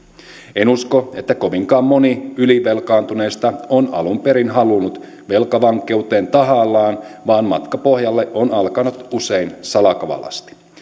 en usko että kovinkaan moni ylivelkaantuneista on alun perin halunnut velkavankeuteen tahallaan vaan matka pohjalle on alkanut usein salakavalasti